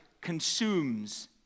consumes